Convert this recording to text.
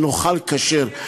נאכל כשר.